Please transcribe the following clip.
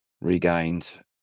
regained